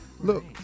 Look